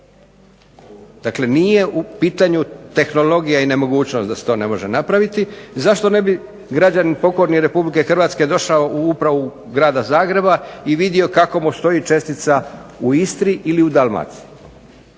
Dakle, nije u pitanju tehnologija i nemogućnost da se to ne može napraviti. Zašto ne bi građani pokorni RH došao u Upravu Grada Zagreba i vidio kako mu stoji čestica u Istri ili u Dalmaciji,